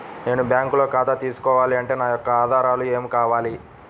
నేను బ్యాంకులో ఖాతా తీసుకోవాలి అంటే నా యొక్క ఆధారాలు ఏమి కావాలి?